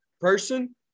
person